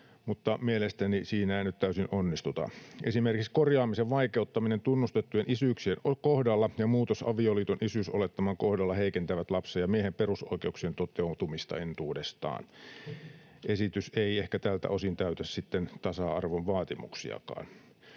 mielestäni siinä ei nyt täysin onnistuta. Esimerkiksi korjaamisen vaikeuttaminen tunnustettujen isyyksien kohdalla ja muutos avioliiton isyysolettaman kohdalla heikentävät lapsen ja miehen perusoikeuksien toteutumista entuudestaan. Esitys ei ehkä tältä osin täytä sitten tasa-arvonkaan vaatimuksia.